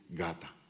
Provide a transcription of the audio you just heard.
gata